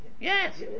Yes